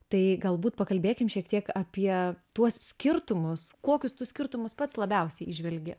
tai galbūt pakalbėkim šiek tiek apie tuos skirtumus kokius tu skirtumus pats labiausiai įžvelgi